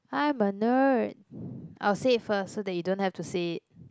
I'm a nerd I'll say it first so that you don't have to say it